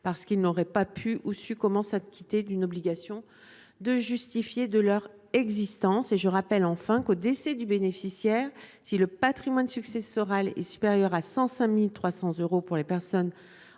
parce qu’ils n’auraient pas pu ou su comment s’acquitter de l’obligation de justifier de leur existence. Je rappelle enfin qu’au décès du bénéficiaire, si le patrimoine successoral est supérieur à un plafond, fixé à 105 300 euros pour les personnes en